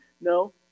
No